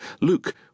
Luke